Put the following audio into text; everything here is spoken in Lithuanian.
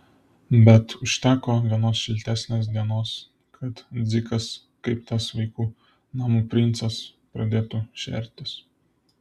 bet užteko vienos šiltesnės dienos kad dzikas kaip tas vaikų namų princas pradėtų šertis